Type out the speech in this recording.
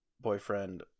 boyfriend